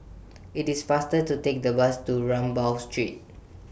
IT IS faster to Take The Bus to Rambau Street